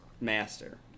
master